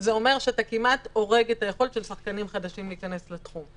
זה אומר שאתה כמעט הורג את היכולת של שחקנים חדשים להיכנס לתחום.